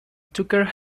tucker